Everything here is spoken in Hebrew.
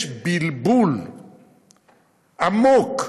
יש בלבול עמוק,